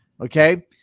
Okay